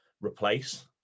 replace